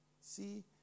See